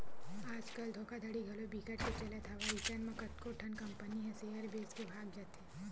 आज कल धोखाघड़ी घलो बिकट के चलत हवय अइसन म कतको ठन कंपनी ह सेयर बेच के भगा जाथे